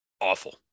awful